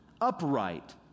upright